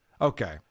Okay